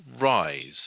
rise